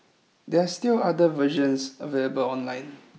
there are still other versions available online